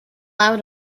out